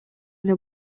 эле